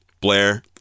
Blair